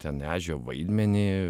ten ežio vaidmenį